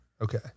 Okay